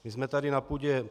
My jsme tady na půdě